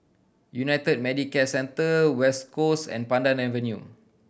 United Medicare Centre West Coast and Pandan Avenue